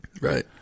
Right